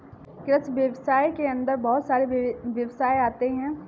कृषि व्यवसाय के अंदर बहुत सारे व्यवसाय आते है